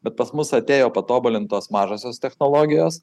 bet pas mus atėjo patobulintos mažosios technologijos